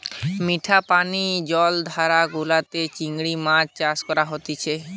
মিঠা পানি জলাধার গুলাতে চিংড়ি মাছ চাষ করা হতিছে